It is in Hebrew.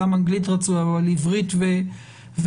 גם אנגלית רצוי אבל עברית וערבית.